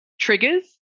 triggers